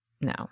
No